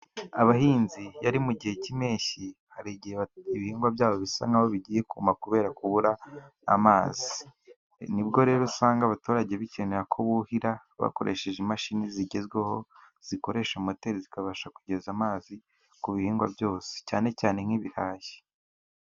Abahinzi iyo ari mu gihe cy'impeshyi, hari igihe ibihingwa byabo bisa naho bigiye kuma, kubera kubura amazi, nibwo rero usanga abaturage bakeneye ko buhira bakoresheje imashini zigezweho zikoresha moteri, zikabasha kugeza amazi ku bihingwa byose cyane cyane nk'ibirayi.